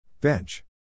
Bench